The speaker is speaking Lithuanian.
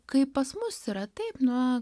kaip pas mus yra taip nu